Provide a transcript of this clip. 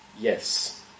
yes